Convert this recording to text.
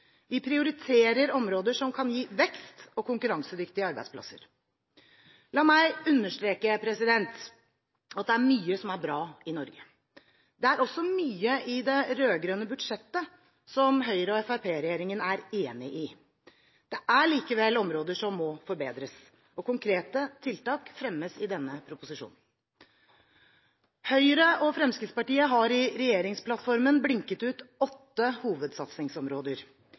Vi prioriterer områder som kan gi vekst og konkurransedyktige arbeidsplasser. La meg understreke at det er mye som er bra i Norge. Det er også mye i det rød-grønne budsjettet som Høyre–Fremskrittsparti-regjeringen er enig i. Det er likevel områder som må forbedres, og konkrete tiltak fremmes i denne proposisjonen. Høyre og Fremskrittspartiet har i regjeringsplattformen blinket ut åtte hovedsatsingsområder.